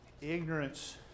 Ignorance